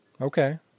Okay